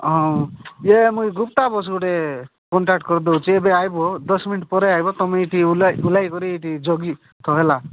ହଁ ଇୟେ ମୁଇଁ ଗୁପ୍ତା ବସ୍ ଗୋଟେ କଣ୍ଟାକ୍ଟ କରି ଦେଉଛି ଏବେ ଆଇବ ଦଶ ମିନିଟ୍ ପରେ ଆଇବ ତମେ ଏଇଠି ଓହ୍ଲେଇ କରି ଏଇଠି ଜଗି ହଁ ହେଲା